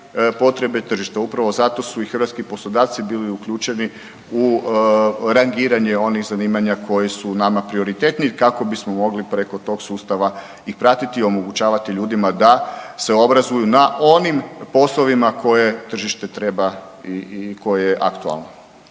potrebe tržišta. Upravo zato su i hrvatski poslodavci bili uključeni u rangiranje onih zanimanja koji su nama prioritetni kako bismo mogli preko tog sustava i pratiti i omogućavati ljudima da se obrazuju na onim poslovima koje tržište treba i koje je aktualno.